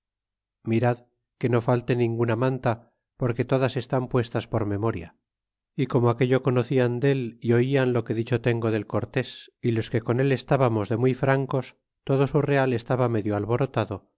mirad que no falte ninguna manta porque todas estn puestas por memoria é como aquello conocian del é oian lo que dicho tengo del cortés y los que con al estábamos de muy francos todo su real estaba medio alborotado